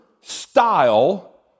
style